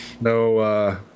No